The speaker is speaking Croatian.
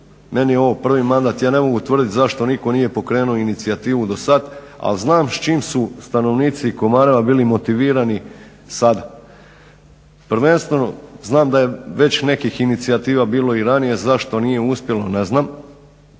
meni je ovo prvi mandat, ja ne mogu tvrdit zašto nitko nije pokrenuo inicijativu do sad, ali znam s čim su stanovnici Komareva bili motivirani sad, prvenstveno znam da je već nekih inicijativa bilo i ranije, zašto nije uspjelo ne znam,